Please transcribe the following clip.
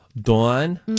Dawn